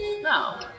no